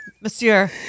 Monsieur